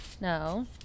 No